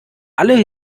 alle